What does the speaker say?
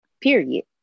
period